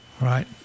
Right